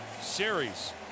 series